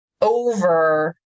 over